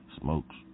Smokes